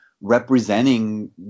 representing